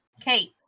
Kate